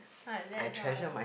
not that's all